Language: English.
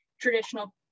traditional